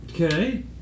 Okay